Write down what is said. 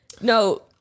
No